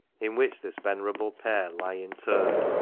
in which this venerable pair lie interred.